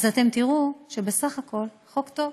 אתם תראו שבסך הכול זה חוק טוב,